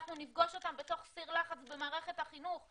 אנחנו נפגוש אותם בתוך סיר לחץ במערכת החינוך.